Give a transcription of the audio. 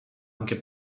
anche